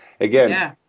again